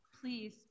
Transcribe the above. Please